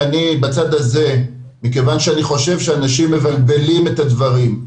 אני בצד הזה מכיוון שאני חושב שאנשים מבלבלים את הדברים.